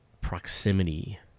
proximity